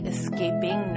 Escaping